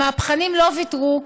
המהפכנים לא ויתרו,